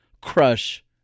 crush